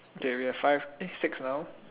okay we have five eh six now